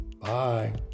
Bye